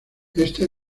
esta